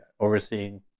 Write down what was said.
overseeing